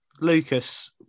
Lucas